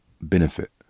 benefit